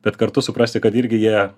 bet kartu suprasti kad irgi jie